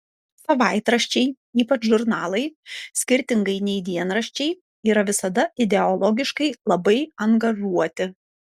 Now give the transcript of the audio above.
savaitraščiai ypač žurnalai skirtingai nei dienraščiai yra visada ideologiškai labai angažuoti